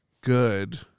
good